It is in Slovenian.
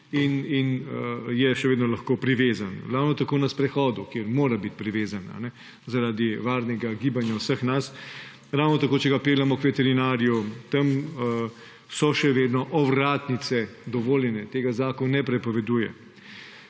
in je še vedno lahko privezan. Ravno tako na sprehodu, kjer mora biti privezan zaradi varnega gibanja vseh nas. Ravno tako, če ga peljemo k veterinarju. Tam so še vedno ovratnice dovoljene. Tega zakon ne prepoveduje.